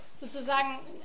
sozusagen